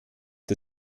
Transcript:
der